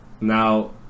Now